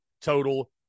total